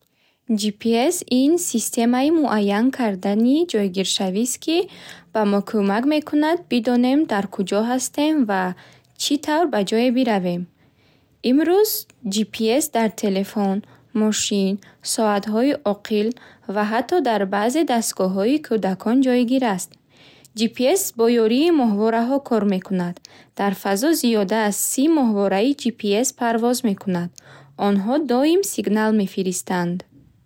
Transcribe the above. Ҷи пи эс ин системаи муайян кардани ҷойгиршавист, ки ба мо кӯмак мекунад бидонем, дар куҷо ҳастем ва чӣ тавр ба ҷое биравем. Имрӯз ҷи пи эс дар телефон, мошин, соатҳои оқил ва ҳатто дар баъзе дастгоҳҳои кӯдакон ҷойгир аст. Ҷи пи эс бо ёрии моҳвораҳо кор мекунад. Дар фазо зиёда аз си моҳвораи ҷи пи эс парвоз мекунад. Онҳо доим сигнал мефиристанд.